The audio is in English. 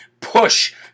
push